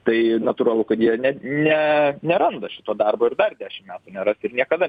tai natūralu kad jie ne ne neranda šito darbo ir dar dešim metų neras ir niekada